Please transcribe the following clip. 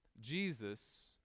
Jesus